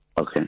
Okay